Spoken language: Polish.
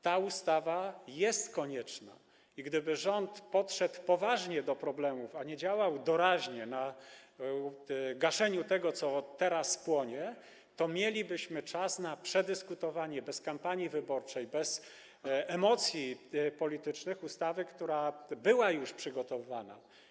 Ta ustawa jest konieczna i gdyby rząd podszedł poważnie do problemów, a nie działał doraźnie, gasząc to, co teraz płonie, to mielibyśmy czas na przedyskutowanie bez kampanii wyborczej, bez emocji politycznych ustawy, która była już przygotowywana.